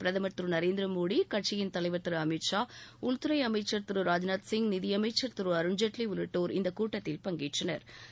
பிரதமர் திரு நரேந்திர மோடி கட்சியின் தலைவர் திரு அமித் ஷா உள்துறை அமைச்சர் திரு ராஜ்நாத் சிங் நிதியமைச்சர் திரு அருண்ஜேட்லி உள்ளிட்டோா் இந்த கூட்டத்தில் பங்கேற்றனா்